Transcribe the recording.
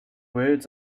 words